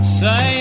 say